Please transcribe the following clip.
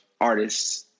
artists